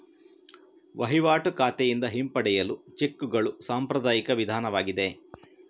ವಹಿವಾಟು ಖಾತೆಯಿಂದ ಹಿಂಪಡೆಯಲು ಚೆಕ್ಕುಗಳು ಸಾಂಪ್ರದಾಯಿಕ ವಿಧಾನವಾಗಿದೆ